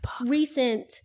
recent